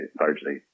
largely